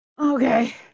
Okay